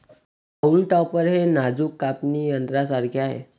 haulm topper हे नाजूक कापणी यंत्रासारखे आहे